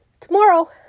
tomorrow